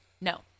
No